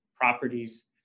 properties